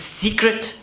secret